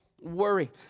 worry